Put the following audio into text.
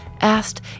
asked